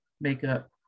makeup